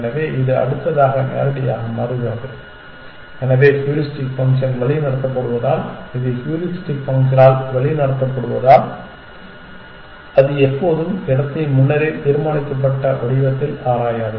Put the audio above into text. எனவே இது அடுத்ததாக நேரடியாக மாறுகிறது எனவே ஹியூரிஸ்டிக் ஃபங்க்ஷன் வழிநடத்தப்படுவதால் அது ஹூரிஸ்டிக் ஃபங்க்ஷனால் வழிநடத்தப்படுவதால் அது எப்போதும் இடத்தை முன்னரே தீர்மானிக்கப்பட்ட வடிவத்தில் ஆராயாது